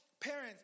parents